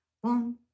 One